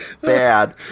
bad